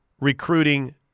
recruiting –